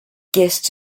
guests